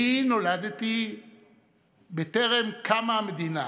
אני נולדתי בטרם קמה המדינה.